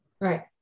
Right